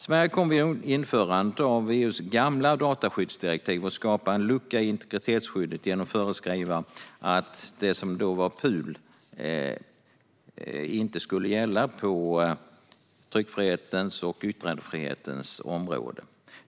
Sverige kom vid införandet av EU:s gamla dataskyddsdirektiv att skapa en lucka i integritetsskyddet genom att föreskriva att det som då var PUL inte skulle gälla på tryckfrihetens och yttrandefrihetens område.